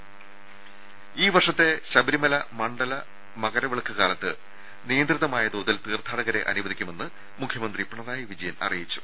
രുദ ഈ വർഷത്തെ ശബരിമല മണ്ഡല മകരവിളക്ക് കാലത്ത് നിയന്ത്രിതമായ തോതിൽ തീർത്ഥാടകരെ അനുവദിക്കുമെന്ന് മുഖ്യമന്ത്രി പിണറായി വിജയൻ അറിയിച്ചു